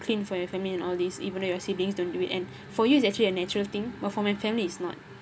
clean for your family and all these even though your siblings don't do it and for you it's actually a natural thing but for my family it's not